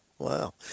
Wow